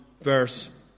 verse